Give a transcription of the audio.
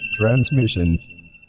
transmission